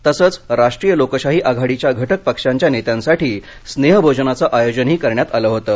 तसंच राष्ट्रीय लोकशाही आघाडीच्या घटक पक्षांची नेत्यांसाठी स्नेहभोजनाचं आयोजनही करण्यात आलं होतं